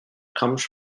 comes